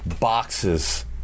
boxes